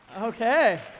Okay